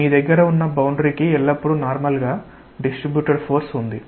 మీ దగ్గర ఉన్న బౌండరీ కి ఎల్లప్పుడూ నార్మల్ గా డిస్ట్రీబ్యుటెడ్ ఫోర్స్ ఉంది